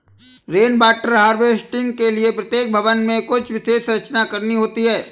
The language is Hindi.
रेन वाटर हार्वेस्टिंग के लिए प्रत्येक भवन में कुछ विशेष संरचना करनी होती है